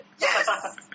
Yes